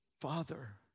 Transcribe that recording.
Father